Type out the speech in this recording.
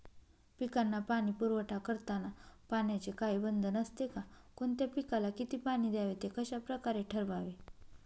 पिकांना पाणी पुरवठा करताना पाण्याचे काही बंधन असते का? कोणत्या पिकाला किती पाणी द्यावे ते कशाप्रकारे ठरवावे?